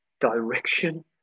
direction